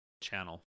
channel